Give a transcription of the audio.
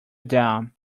down